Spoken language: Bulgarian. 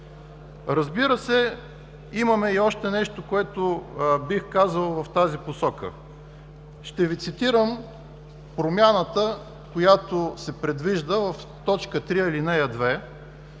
Разбира се, има и още нещо, което бих казал в тази посока. Ще Ви цитирам промяната, която се предвижда в т. 3,